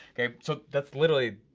okay? so, that's literally,